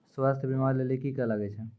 स्वास्थ्य बीमा के लेली की करे लागे छै?